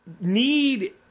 need